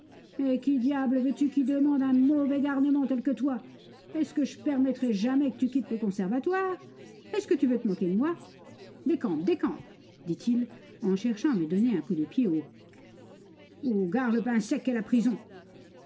veux-tu qui demande un mauvais garnement tel que toi est-ce que je permettrai jamais que tu quittes le conservatoire est-ce que tu veux te moquer de moi décampe décampe dit-il en cherchant à me donner un coup de pied au c ou gare le pain sec et la prison